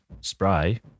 spray